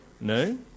No